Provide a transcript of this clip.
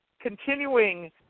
continuing